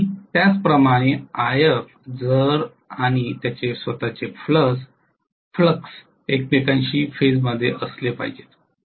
आणि त्याचप्रमाणे If जर आणि त्याचे स्वतःचे फ्लक्स एकमेकांशी फेजमध्ये असले पाहिजेत